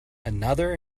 another